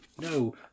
No